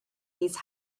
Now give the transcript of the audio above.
these